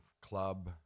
club